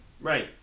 Right